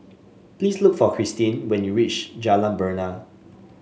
please look for Krystin when you reach Jalan Bena